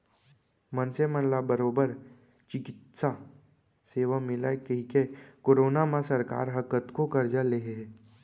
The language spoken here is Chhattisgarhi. मनसे मन ला बरोबर चिकित्सा सेवा मिलय कहिके करोना म सरकार ह कतको करजा ले हे